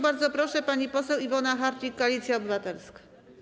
Bardzo proszę, pani poseł Iwona Hartwich, Koalicja Obywatelska.